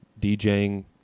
DJing